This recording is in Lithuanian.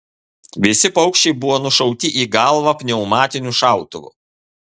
visi paukščiai buvo nušauti į galvą pneumatiniu šautuvu